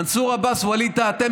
מנסור עבאס ווליד טאהא,